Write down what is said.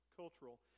cultural